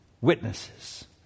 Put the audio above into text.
witnesses